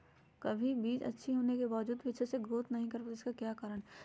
कभी बीज अच्छी होने के बावजूद भी अच्छे से नहीं ग्रोथ कर पाती इसका क्या कारण है?